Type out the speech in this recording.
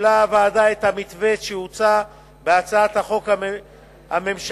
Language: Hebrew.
קיבלה הוועדה את המתווה שהוצע בהצעת החוק הממשלתית,